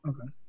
Okay